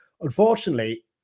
Unfortunately